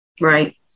Right